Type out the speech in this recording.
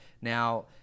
Now